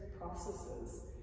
processes